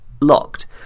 locked